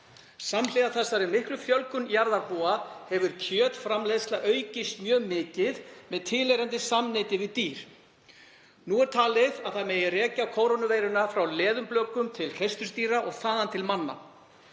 Samhliða þessari miklu fjölgun jarðarbúa hefur kjötframleiðsla aukist mjög mikið með tilheyrandi samneyti við dýr. Nú er talið að rekja megi kórónuveiruna frá leðurblökum til hreisturdýra og þaðan til manna.